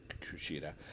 Kushida